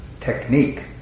technique